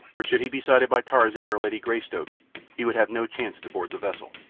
for should he be sighted by tarzan or lady greystoke he would have no chance to board the vessel.